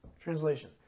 Translation